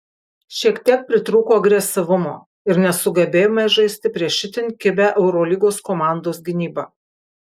šiek tiek pritrūko agresyvumo ir nesugebėjome žaisti prieš itin kibią eurolygos komandos gynybą